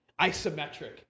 isometric